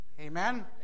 Amen